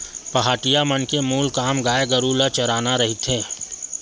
पहाटिया मन के मूल काम गाय गरु ल चराना रहिथे